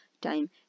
time